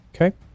Okay